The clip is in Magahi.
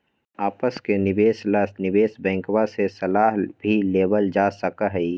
आपस के निवेश ला निवेश बैंकवा से सलाह भी लेवल जा सका हई